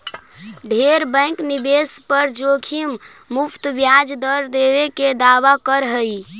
ढेर बैंक निवेश पर जोखिम मुक्त ब्याज दर देबे के दावा कर हई